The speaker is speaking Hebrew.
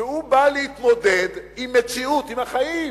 שבא להתמודד עם מציאות, עם החיים,